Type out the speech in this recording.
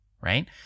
right